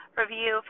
review